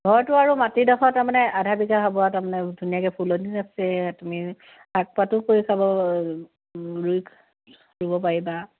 ঘৰটো আৰু মাটিডোখৰ তাৰমানে আধা বিঘা হ'ব আৰু তাৰমানে ধুনীয়াকৈ ফুলনিও আছে তুমি শাক পাতো কৰি খাব ৰুই ৰুব পাৰিবা